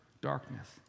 darkness